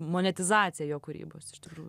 monetizacija jo kūrybos iš tikrųjų